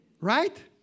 Right